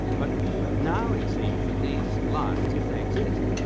but now it seems that these lines, if they exist,